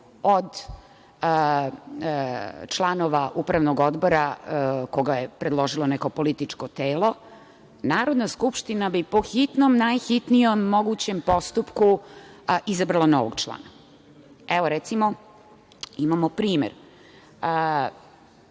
od članova Upravnog odbora, koga je predložilo neko političko telo, Narodna skupština bi po hitnom, najhitnijem mogućem postupku izabrala novog člana. Evo, recimo imamo primer,